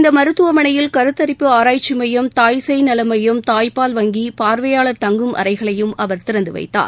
இந்த மருத்துவமனையில் கருத்தரிப்பு ஆராய்ச்சி மையம் தாய்சேய் நல மையம் தாய்ப்பால் வங்கி பார்வையாளர் தங்கும் அறைகளையும் அவர் திறந்து வைத்தார்